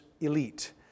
elite